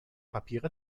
papiere